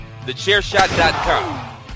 TheChairShot.com